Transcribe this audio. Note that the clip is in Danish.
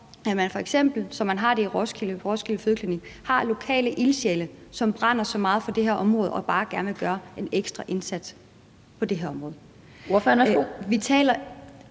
at man f.eks., som man har det på Roskilde Fødeklinik i Roskilde, har lokale ildsjæle, som brænder så meget for det her område, og som bare gerne vil gøre en ekstra indsats på det her område ... Kl.